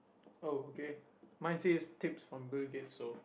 oh okay mine says tips from Bill-Gates so